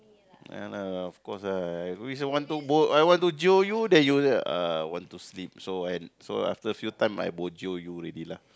ya lah of course lah I always want to go I want to jio then you say ah want to sleep so and so after few times I bo jio you already lah